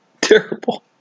Terrible